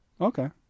Okay